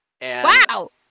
Wow